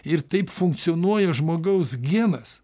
ir taip funkcionuoja žmogaus genas